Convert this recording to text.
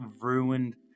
ruined